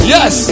Yes